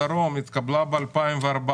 בדרום, התקבלה ב-2014.